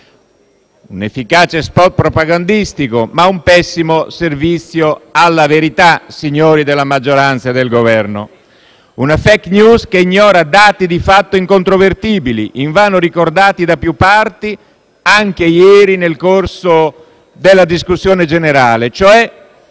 un efficace *spot* propagandistico, ma un pessimo servizio alla verità, signori della maggioranza e del Governo. È una *fake news*, che ignora dati di fatto incontrovertibili, invano ricordati da più parti anche ieri nel corso della discussione generale, vale